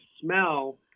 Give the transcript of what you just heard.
smell